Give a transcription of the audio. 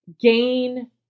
gain